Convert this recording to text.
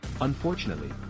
Unfortunately